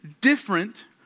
different